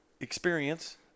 experience